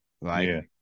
right